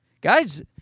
Guys